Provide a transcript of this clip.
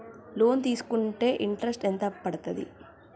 Loan తీస్కుంటే interest ఎంత పడ్తది?